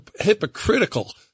hypocritical